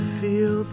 feel